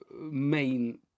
main